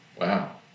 Wow